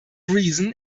reason